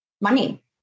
money